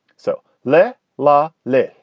so la la la.